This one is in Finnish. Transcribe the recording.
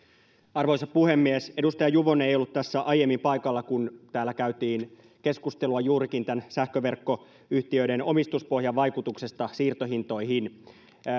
arvoisa puhemies edustaja juvonen ei ollut tässä aiemmin paikalla kun täällä käytiin keskustelua juurikin tästä sähköverkkoyhtiöiden omistuspohjan vaikutuksesta siirtohintoihin